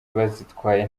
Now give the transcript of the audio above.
bazitwaye